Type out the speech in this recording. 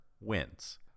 wins